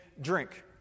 drink